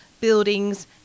buildings